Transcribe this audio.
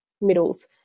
middles